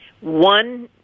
one